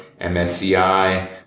MSCI